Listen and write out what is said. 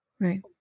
Right